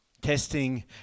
testing